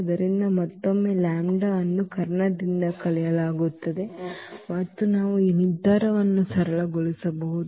ಆದ್ದರಿಂದ ಮತ್ತೊಮ್ಮೆ ಈ λ ಅನ್ನು ಕರ್ಣದಿಂದ ಕಳೆಯಲಾಗುತ್ತದೆ ಮತ್ತು ನಾವು ಈ ನಿರ್ಧಾರಕವನ್ನು ಸರಳಗೊಳಿಸಬಹುದು